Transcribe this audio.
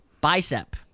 Bicep